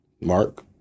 mark